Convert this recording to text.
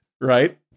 right